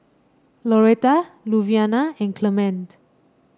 Loretta Luvinia and Clement